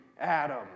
Adam